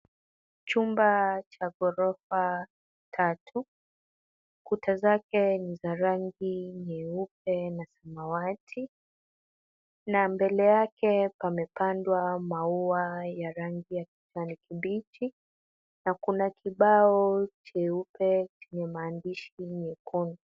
Chumba cha ghorofa tatu. Kuta zake ni za rangi nyeupe na samawati na mbele yake pamepandwa maua ya rangi ya kijani kibichi na kuna kibao cheupe chenye maandishi nyekundu.